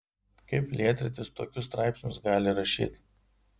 kaip lietrytis tokius straipsnius gali rašyt